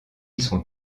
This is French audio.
sont